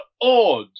odd